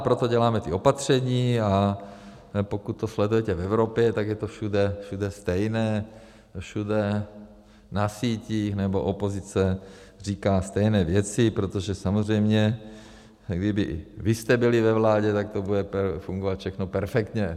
Proto děláme ta opatření, a pokud to sledujete v Evropě, tak je to všude stejné, všude na síti, nebo opozice říká stejné věci, protože samozřejmě kdybyste vy byli ve vládě, tak to bude fungovat všechno perfektně.